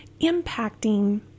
impacting